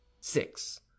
six